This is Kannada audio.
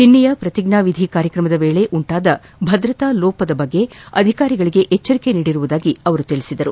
ನಿನ್ನೆಯ ಪ್ರತಿಜ್ಞಾವಿದಿ ಕಾರ್ಯಕ್ರಮದ ವೇಳೆ ಉಂಟಾದ ಭದ್ರತಾ ಲೋಪದ ಬಗ್ಗೆ ಅಧಿಕಾರಿಗಳಿಗೆ ಎಚ್ಚರಿಕೆ ನೀಡಿರುವುದಾಗಿ ಅವರು ತಿಳಿಸಿದರು